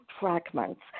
fragments